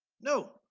no